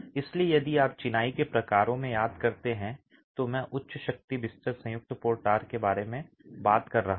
इसलिए यदि आप चिनाई के प्रकारों में याद करते हैं तो मैं उच्च शक्ति बिस्तर संयुक्त मोर्टार के बारे में बात कर रहा था